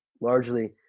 largely